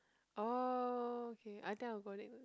orh okay I think I got it